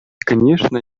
конечно